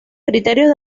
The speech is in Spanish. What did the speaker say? criterios